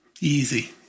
easy